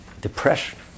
Depression